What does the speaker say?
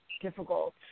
difficult